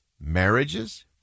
marriages